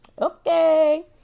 okay